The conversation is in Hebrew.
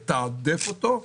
לתעדף אותו.